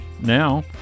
now